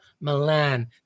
Milan